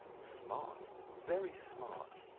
smart very smart!